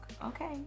okay